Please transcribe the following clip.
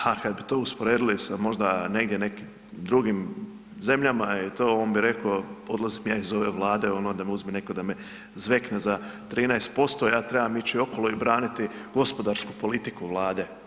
Ha, kad bi to usporedili sa možda negdje nekim drugim zemljama i to, on bi rekao, odlazim ja iz ove Vlade ono da me uzme neko i da me zvekne za 13%, ja trebam ići okolo i braniti gospodarsku politiku Vlade.